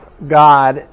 God